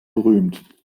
berühmt